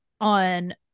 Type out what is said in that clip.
on